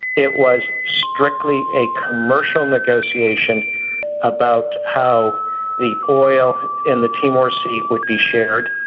it was strictly a commercial negotiation about how the oil in the timor sea would be shared,